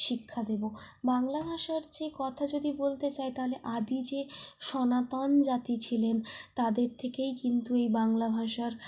শিক্ষা দেব বাংলা ভাষার যে কথা যদি বলতে চাই তাহলে আদি যে সনাতন জাতি ছিলেন তাদের থেকেই কিন্তু এই বাংলা ভাষার